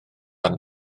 fan